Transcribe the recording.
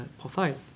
profile